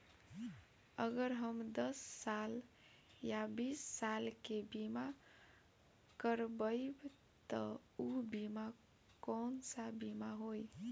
अगर हम दस साल या बिस साल के बिमा करबइम त ऊ बिमा कौन सा बिमा होई?